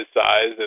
size